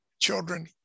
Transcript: children